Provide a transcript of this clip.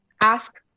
ask